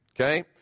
Okay